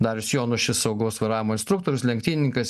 darius jonušis saugaus vairavimo instruktorius lenktynininkas